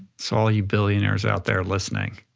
so all you billionaires out there listening,